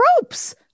ropes